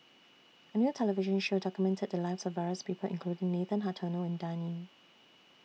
A New television Show documented The Lives of various People including Nathan Hartono and Dan Ying